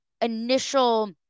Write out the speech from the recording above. initial